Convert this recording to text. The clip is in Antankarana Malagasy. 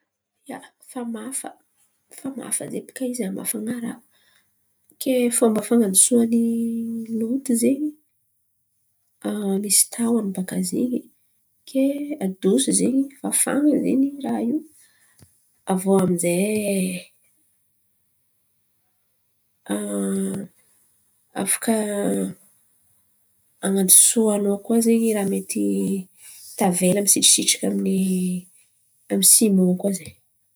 Ia, famafa, famafa zen̈y baka izy hamafan̈a raha kay fomba fan̈adosoany loto zen̈y. Misy tahony baka zin̈y adoso zen̈y fafan̈a zen̈y raha io afaka an̈adosoa-nô raha mety tavela misitrisitry amin’ny amin’ny sima zen̈y.